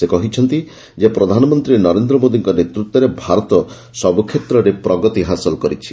ସେ କହିଛନ୍ତି ଯେ ପ୍ରଧାନମନ୍ତ୍ରୀ ନରେନ୍ଦ୍ର ମୋଦୀଙ୍କ ନେତୃତ୍ୱରେ ଭାରତ ସବୁ କ୍ଷେତ୍ରରେ ପ୍ରଗତି ହାସଲ କରିଛି